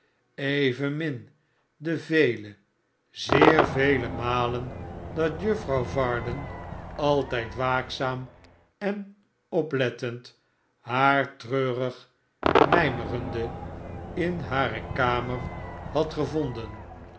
evenmin de vele zeer vele malen dat juffrouw varden altijd waakzaam en oplettend haar treurig mijmerende in hare kamer had gevonden